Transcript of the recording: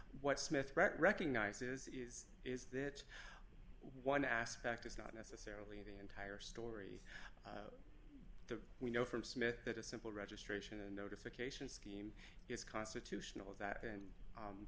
what smith recognizes is is that one aspect is not necessarily the entire story the we know from smith that a simple registration and notification scheme is constitutional that and